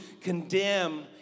condemn